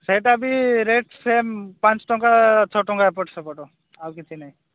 ସେଇଟା ବି rate same ପାଞ୍ଚ ଟଙ୍କା ଛଅ ଟଙ୍କା ଏପଟ ସେପଟ ଆଉ କିଛି ନାହିଁ